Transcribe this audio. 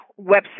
website